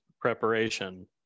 preparation